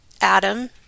Adam